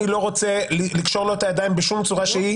אני לא רוצה לקשור לו את הידיים בשום צורה שהיא,